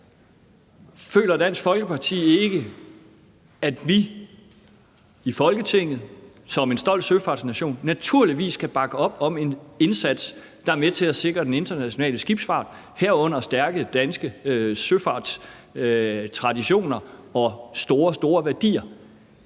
Føler Dansk Folkeparti ikke, at vi i Folketinget og som en stolt søfartsnation naturligvis kan bakke op om en indsats, der er med til at sikre den internationale skibsfart, herunder stærke danske søfartstraditioner og store, store værdier?